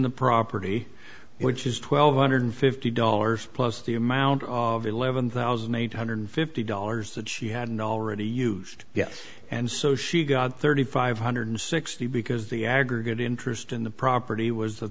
the property which is twelve hundred fifty dollars plus the amount of eleven thousand eight hundred fifty dollars that she hadn't already used yet and so she got thirty five hundred sixty because the aggregate interest in the property was